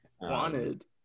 wanted